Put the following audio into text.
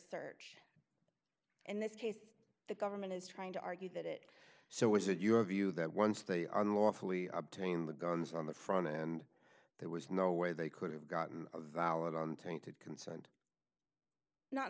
search and this case the government is trying to argue that it so is it your view that one stay on lawfully obtained the guns on the front and there was no way they could have gotten a valid on tainted consent not